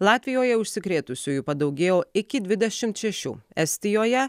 latvijoje užsikrėtusiųjų padaugėjo iki dvidešimt šešių estijoje